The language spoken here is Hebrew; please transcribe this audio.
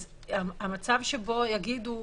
המצב שבו יגידו,